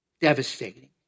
Devastating